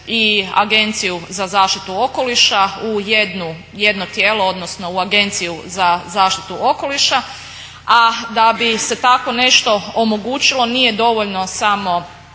i Agenciju za zaštitu okoliša u jedno tijelo, odnosno u agenciju za zaštitu okoliša. A da bi se takvo nešto omogućilo nije dovoljno samo